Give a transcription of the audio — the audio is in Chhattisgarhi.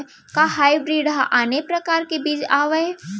का हाइब्रिड हा आने परकार के बीज आवय?